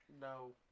No